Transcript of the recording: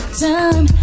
time